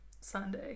Sunday